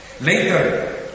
Later